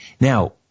Now